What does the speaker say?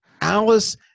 Alice